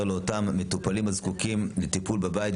עבור אותם מטופלים הזקוקים לטיפול בבית,